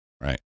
Right